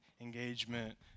engagement